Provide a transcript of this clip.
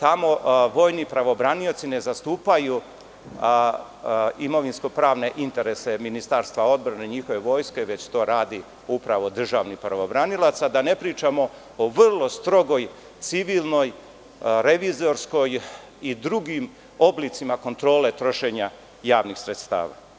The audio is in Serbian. tamo vojni pravobranioci ne zastupaju imovinsko-pravne interese Ministarstva odbrane i njihove vojske, već to radi upravo državni pravobranilac, a da ne pričamo o vrlo strogoj civilnoj, revizorskoj i drugim oblicima kontrole trošenja javnih sredstava.